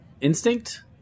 instinct